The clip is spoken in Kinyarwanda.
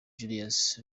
julius